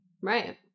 Right